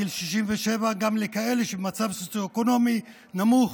גיל 67 גם לכאלה שבמצב סוציואקונומי נמוך,